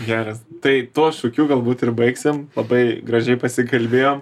geras tai tuo šūkiu galbūt ir baigsim labai gražiai pasikalbėjom